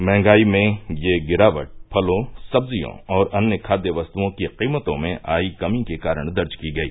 मंहगाई में ये गिरावट फलों सब्जियों और अन्य खाद्य वस्तुओं की कीमतों में आई कमी के कारण दर्ज की गई